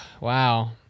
wow